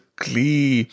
glee